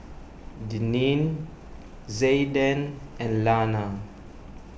Deneen Zayden and Lana